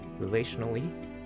relationally